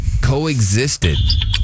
coexisted